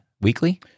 weekly